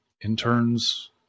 interns